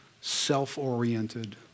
self-oriented